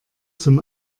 zum